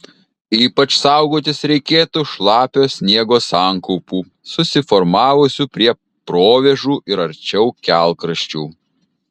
ypač saugotis reikėtų šlapio sniego sankaupų susiformavusių prie provėžų ir arčiau kelkraščių